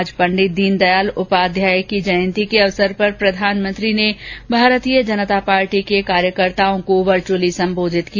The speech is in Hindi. आज पंडित दीनदयाल उपाध्याय की जयंती के अवसर पर प्रधानमंत्री ने भारतीय जनता पार्टी के कार्यकर्ताओं को वर्चअली संबोधित किया